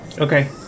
Okay